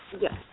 Yes